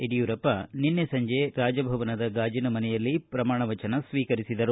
ಯಡಿಯೂರಪ್ಪ ನಿನ್ನೆ ಸಂಜೆ ರಾಜಭವನದ ಗಾಜಿನ ಮನೆಯಲ್ಲಿ ಪ್ರಮಾಣವಚನ ಸ್ವೀಕರಿಸಿದರು